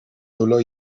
dolor